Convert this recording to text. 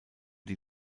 die